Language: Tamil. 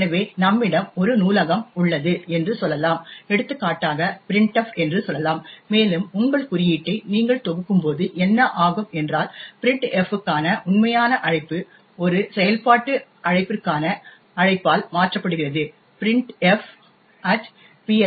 எனவே நம்மிடம் ஒரு நூலகம் உள்ளது என்று சொல்லலாம் எடுத்துக்காட்டாக printf என்று சொல்லலாம் மேலும் உங்கள் குறியீட்டை நீங்கள் தொகுக்கும்போது என்ன ஆகும் என்றால் printf க்கான உண்மையான அழைப்பு ஒரு செயல்பாட்டு அழைப்பிற்கான அழைப்பால் மாற்றப்படுகிறது printf PLT